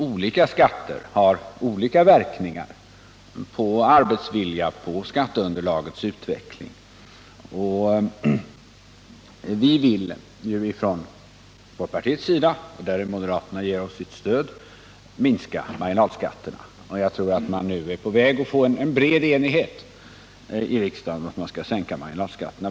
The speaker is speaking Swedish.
Olika skatter har ju olika verkningar på arbetsviljan och på skatteunderlagets utveckling. Från folkpartiets sida vill vi —och moderaterna ger oss där sitt stöd — minska marginalskatterna. Jag tror f. ö. att vi nu är på väg att få en bred enighet i riksdagen om att sänka marginalskatterna.